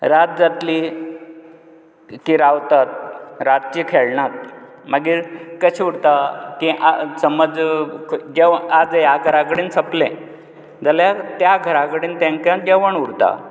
रात जातली ती रावतात रातचे खेळनात मागीर कशें उरता तें आ समज जवण आज ह्या घरा कडेन सोंपलें जाल्यार त्या घरा कडेन तांकां जवण उरता